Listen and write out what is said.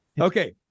okay